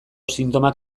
sintomak